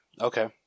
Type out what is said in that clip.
okay